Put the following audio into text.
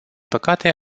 păcate